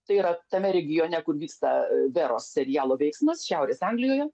tai yra tame regione kur vyksta veros serialo veiksmas šiaurės anglijoje